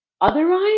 otherwise